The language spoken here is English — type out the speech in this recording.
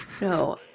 no